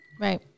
Right